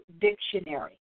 dictionary